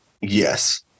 yes